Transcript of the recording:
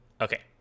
Okay